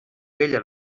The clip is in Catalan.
vella